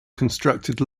constructed